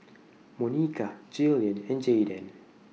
Monica Jillian and Jaydan